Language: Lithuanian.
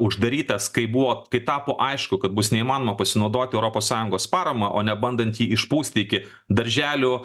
uždarytas kaip buvo kai tapo aišku kad bus neįmanoma pasinaudoti europos sąjungos parama o ne bandant jį išpūsti iki darželių